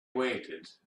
waited